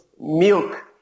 milk